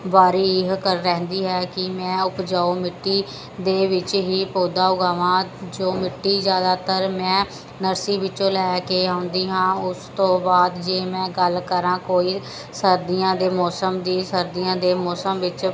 ਵਾਰੀ ਇਹ ਕਰ ਰਹਿੰਦੀ ਹੈ ਕਿ ਮੈਂ ਉਪਜਾਊ ਮਿੱਟੀ ਦੇ ਵਿੱਚ ਹੀ ਪੌਦਾ ਉਗਾਵਾਂ ਜੋ ਮਿੱਟੀ ਜ਼ਿਆਦਾਤਰ ਮੈਂ ਨਰਸੀ ਵਿੱਚੋਂ ਲੈ ਕੇ ਆਉਂਦੀ ਹਾਂ ਉਸ ਤੋਂ ਬਾਅਦ ਜੇ ਮੈਂ ਗੱਲ ਕਰਾਂ ਕੋਈ ਸਰਦੀਆਂ ਦੇ ਮੌਸਮ ਦੀ ਸਰਦੀਆਂ ਦੇ ਮੌਸਮ ਵਿੱਚ